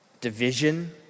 division